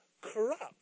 corrupt